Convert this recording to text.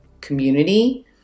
community